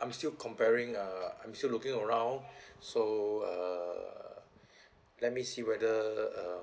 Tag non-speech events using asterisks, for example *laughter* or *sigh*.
I'm still comparing uh I'm still looking around *breath* so err let me see whether uh